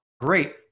great